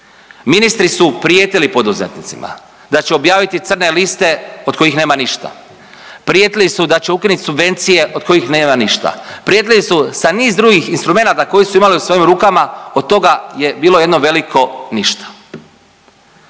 Ministri su prijetili poduzetnicima, da će objaviti crne liste od kojih nema ništa, prijetili su da će ukinit subvencije od kojih nema ništa. Prijetili su sa niz drugih instrumenata koji su imali u svojim rukama, od toga je bilo jedno veliko ništa.